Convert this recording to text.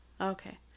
Okay